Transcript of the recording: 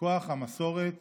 מכוח המסורת